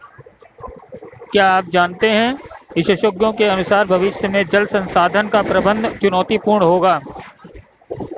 क्या आप जानते है विशेषज्ञों के अनुसार भविष्य में जल संसाधन का प्रबंधन चुनौतीपूर्ण होगा